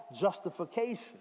justification